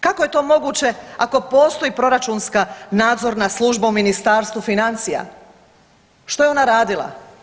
Kako je to moguće ako postoji proračunska nadzorna služba u Ministarstvu financija, što je ona radila.